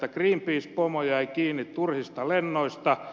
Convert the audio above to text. greenpeace pomo jäi kiinni turhista lennoista